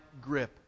grip